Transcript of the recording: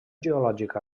geològica